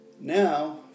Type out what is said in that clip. now